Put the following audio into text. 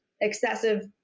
excessive